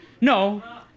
No